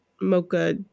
mocha